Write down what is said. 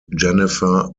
jennifer